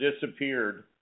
disappeared